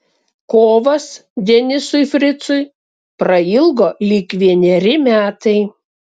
kovas denisui fricui prailgo lyg vieneri metai